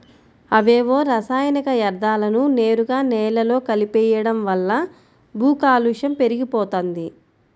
అవేవో రసాయనిక యర్థాలను నేరుగా నేలలో కలిపెయ్యడం వల్ల భూకాలుష్యం పెరిగిపోతంది